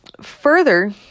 Further